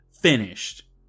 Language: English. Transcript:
finished